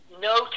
no